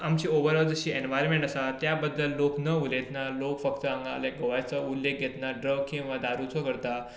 आमची ओवरऑल जशी एनवायरोमँट आसा त्या बद्दल लोक न उलयतना लोक फकत हांगा गोव्याचो उल्लेख घेतना ड्रग किंवा धारुचो करता